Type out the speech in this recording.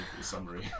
summary